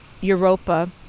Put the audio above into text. Europa